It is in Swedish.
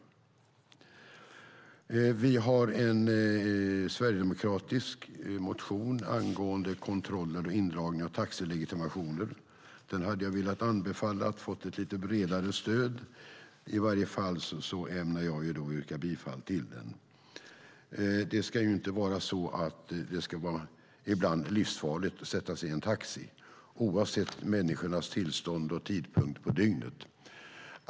Vi har en sverigedemokratisk motion angående kontroll och indragning av taxilegitimationer. Den hade jag velat anbefalla ett lite bredare stöd. I varje fall ämnar jag yrka bifall till den. Det ska ju inte vara livsfarligt att ibland sätta sig i en taxi, oavsett människornas tillstånd och tidpunkt på dygnet.